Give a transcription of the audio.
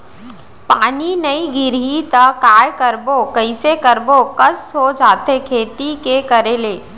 पानी नई गिरही त काय करबो, कइसे करबो कस हो जाथे खेती के करे ले